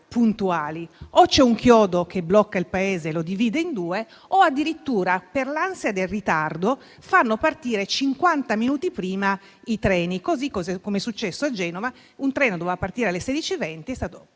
o c'è un chiodo che blocca il Paese e lo divide in due, o addirittura per l'ansia del ritardo fanno partire cinquanta minuti prima i treni. E questo è successo a Genova: un treno doveva partire alle ore 16,20, ma la